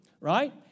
right